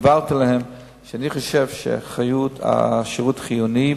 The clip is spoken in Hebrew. הבהרתי להם שאני חושב שהשירות חיוני,